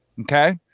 Okay